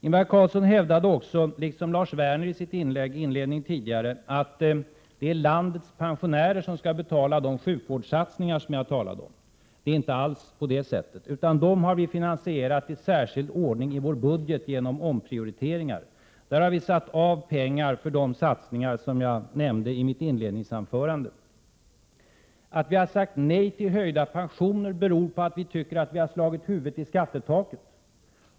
Ingvar Carlsson hävdade också — liksom Lars Werner i sitt tidigare inlägg — att jag har sagt att det är landets pensionärer som skall betala sjukvårdens satsningar. Det är inte alls så. Dessa satsningar har vi finansierat i särskild ordning genom omprioriteringar i vår budget. Vi har där satt av pengar för de satsningar jag nämnde i mitt inledningsanförande. Att vi har sagt nej till höjda pensioner beror på att vi tycker att vi har slagit huvudet i skattetaket.